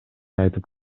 айтып